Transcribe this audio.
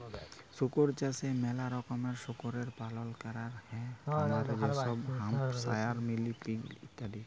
শুকর চাষে ম্যালা রকমের শুকরের পালল ক্যরাক হ্যয় খামারে যেমল হ্যাম্পশায়ার, মিলি পিগ ইত্যাদি